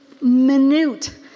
minute